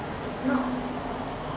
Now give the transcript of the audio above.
it's not